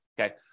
Okay